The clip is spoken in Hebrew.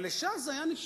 אבל לש"ס זה היה נפלא.